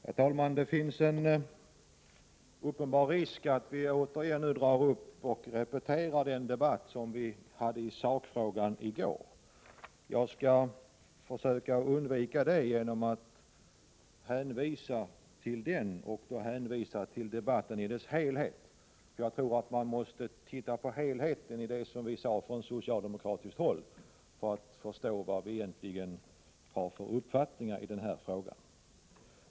Herr talman! Det finns en uppenbar risk att vi nu återigen drar upp och repeterar den debatt som vi hade i sakfrågan i går. Jag skall försöka att undvika detta genom att hänvisa till den redan förda debatten. Jag hänvisar alltså till debatten i dess helhet. Man måste titta på helheten i det som vi sade från socialdemokratiskt håll för att förstå vad vi har för uppfattning i denna fråga.